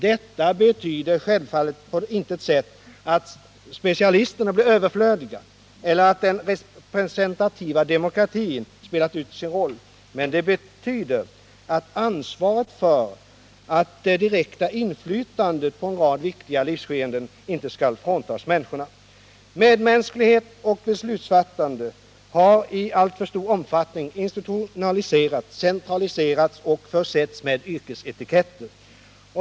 Detta betyder självfallet på intet sätt att specialisterna blir överflödiga eller att den representativa demokratin spelat ut sin roll. Men det betyder att ansvaret för och det direkta inflytandet på en rad viktiga livsskeenden inte skall fråntas människorna. Medmänsklighet och beslutsfattande har i alltför stor omfattning institutionaliserats, centraliserats och försetts med yrkesetiketter.